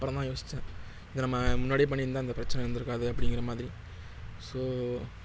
அப்பறந்தான் யோசித்தேன் இதை நம்ம முன்னாடியே பண்ணியிருந்தா இந்த பிரச்சனை வந்திருக்காது அப்டிங்கிற மாதிரி ஸோ